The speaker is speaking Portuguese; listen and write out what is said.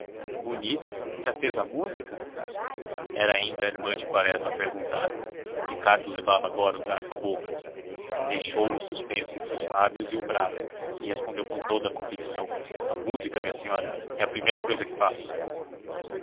bonito já fez a música era ainda a irmã de quaresma a perguntar ricardo levava agora o garfo à boca deixou-o suspenso entre os lábios e o prato e respondeu com toda a convicção a música minha senhora é a primeira cousa que faço